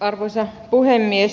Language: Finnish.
arvoisa puhemies